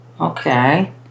Okay